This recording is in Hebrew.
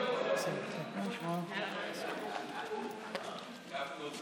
יכולה לקבוע שהשמש תשקע יותר